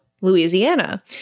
Louisiana